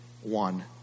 one